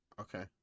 Okay